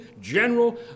general